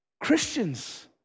Christians